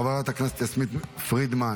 חברת הכנסת יסמין פרידמן,